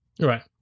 Right